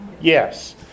Yes